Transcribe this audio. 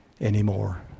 anymore